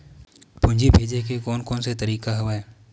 पूंजी भेजे के कोन कोन से तरीका हवय?